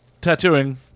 tattooing